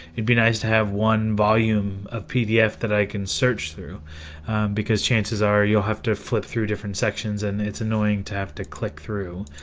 it'd be nice to have one volume of pdf that i can search through because chances are you'll have to flip through different sections and it's annoying to have to click through